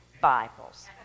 Bibles